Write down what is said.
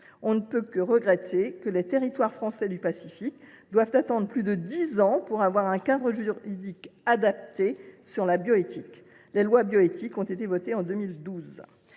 L’on ne peut que regretter que les territoires français du Pacifique aient dû attendre plus de dix ans pour disposer d’un cadre juridique adapté en matière de bioéthique – les lois de bioéthiques ont été votées en 2012